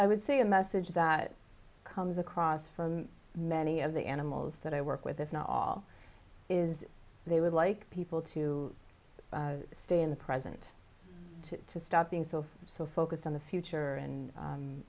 i would say a message that comes across from many of the animals that i work with if not all is they would like people to stay in the present to stop being so so focused on the future and